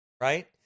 Right